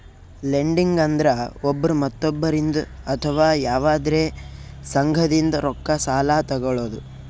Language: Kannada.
ಲೆಂಡಿಂಗ್ ಅಂದ್ರ ಒಬ್ರ್ ಮತ್ತೊಬ್ಬರಿಂದ್ ಅಥವಾ ಯವಾದ್ರೆ ಸಂಘದಿಂದ್ ರೊಕ್ಕ ಸಾಲಾ ತೊಗಳದು